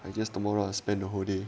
I just tomorrow to spend the whole day